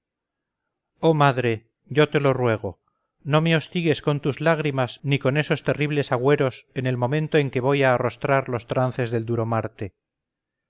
oh madre yo te lo ruego no me hostigues con tus lágrimas ni con esos terribles agüeros en el momento en que voy a arrostrar los trances del duro marte